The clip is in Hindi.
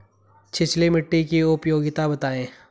छिछली मिट्टी की उपयोगिता बतायें?